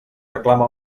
reclama